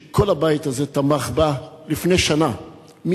שכל הבית הזה תמך בה לפני שנה,